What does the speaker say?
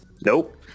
Nope